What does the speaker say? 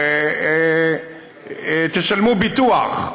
תשלמו ביטוח,